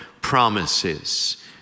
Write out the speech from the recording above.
promises